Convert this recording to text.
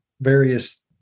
various